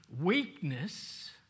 weakness